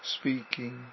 speaking